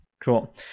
Cool